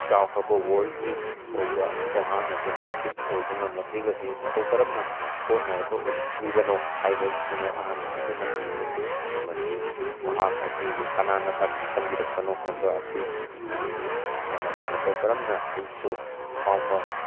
ꯆꯥꯎꯈꯔꯕ ꯋꯥꯔꯜꯗꯒꯤ ꯑꯣꯏꯕ ꯑꯁꯤꯗ ꯃꯍꯥꯛꯅ ꯆꯦꯝꯄꯤꯌꯟꯁꯤꯞ ꯑꯣꯏꯕ ꯉꯝꯂꯛꯂꯤꯕꯁꯤ ꯃꯇꯧ ꯀꯔꯝꯅ ꯍꯣꯠꯅꯔꯒ ꯑꯣꯏꯔꯛꯂꯤꯕꯅꯣ ꯍꯥꯏꯕꯁꯤꯃꯛ ꯑꯍꯥꯟꯕ ꯃꯛꯇꯗ ꯍꯪꯅꯤꯡꯏ ꯑꯃꯗꯤ ꯃꯍꯥꯛ ꯑꯁꯤꯕꯨ ꯀꯅꯥꯅ ꯇꯥꯛꯄꯤ ꯇꯝꯕꯤꯔꯛꯄꯅꯣ ꯍꯥꯏꯕ ꯑꯁꯤ ꯍꯪꯅꯤꯡꯏ ꯑꯃꯗꯤ ꯃꯇꯧ ꯀꯔꯝꯅ ꯑꯩꯁꯨ ꯑꯐꯥꯎꯕ